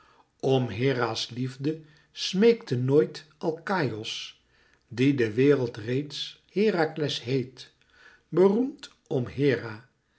om hera's liefde smeekt nooit alkaïos dien de wereld reeds herakles heet beroemd om hera